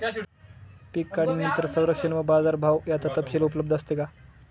पीक काढणीनंतर संरक्षण व बाजारभाव याचा तपशील उपलब्ध असतो का?